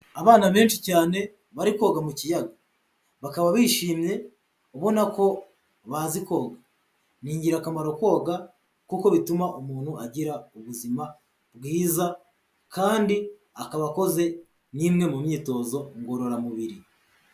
Abana benshi cyane bari koga mu kiyaga, bakaba bishimye ubona ko bazi koga, n'ingirakamaro koga kuko bituma umuntu agira ubuzima bwiza, kandi akaba akoze n'imwe mu myitozo ngororamubiri.